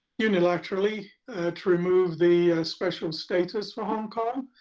unilaterally to remove the special status for hong kong.